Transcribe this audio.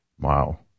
Wow